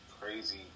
crazy